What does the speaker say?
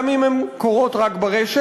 גם אם הן קורות רק ברשת.